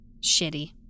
shitty